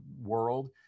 world